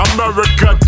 America